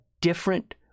different